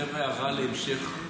הערה יותר להמשך,